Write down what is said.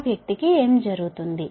ఆ వ్యక్తికి ఏమి జరుగుతుంది